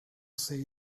say